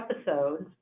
episodes